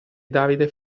davide